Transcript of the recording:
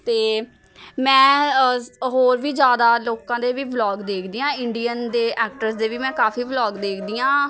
ਅਤੇ ਮੈਂ ਹੋਰ ਵੀ ਜ਼ਿਆਦਾ ਲੋਕਾਂ ਦੇ ਵੀ ਵਲੋਗ ਦੇਖਦੀ ਹਾਂ ਇੰਡੀਅਨ ਦੇ ਐਕਟਰਸ ਦੇ ਵੀ ਮੈਂ ਕਾਫੀ ਵਲੋਗ ਦੇਖਦੀ ਹਾਂ